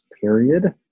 period